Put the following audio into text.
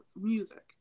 music